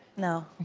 no.